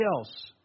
else